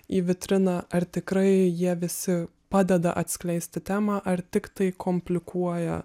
į vitriną ar tikrai jie visi padeda atskleisti temą ar tik tai komplikuoja